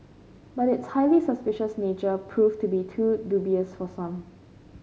but its highly suspicious nature proved to be too dubious for some